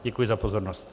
Děkuji za pozornost.